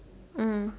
mm